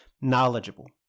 knowledgeable